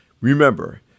Remember